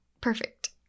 Perfect